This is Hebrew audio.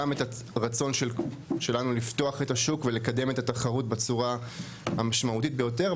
גם את הרצון שלנו לפתוח את השוק ולקדם את התחרות בצורה המשמעותית ביותר,